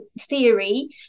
theory